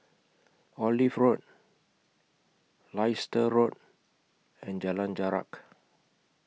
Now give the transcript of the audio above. Olive Road Leicester Road and Jalan Jarak